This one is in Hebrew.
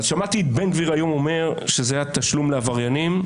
שמעתי את בן גביר אומר היום שזה התשלום לעבריינים.